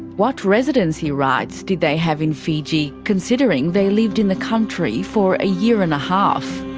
what residency rights did they have in fiji, considering they lived in the country for a year and a half?